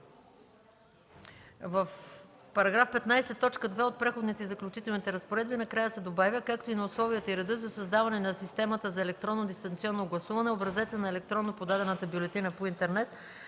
„В § 15, т. 2 от Преходните и заключителни разпоредби накрая се добавя: „както и на условията и реда за създаване на системата за електронно дистанционно гласуване, образеца на електронно подадената бюлетина по интернет